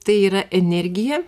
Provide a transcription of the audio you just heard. tai yra energija